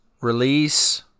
Release